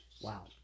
Wow